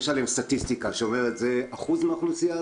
יש עליהם סטטיסטיקה שאומרת זה אחוז מהאוכלוסייה,